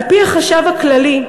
על-פי החשב הכללי,